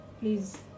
Please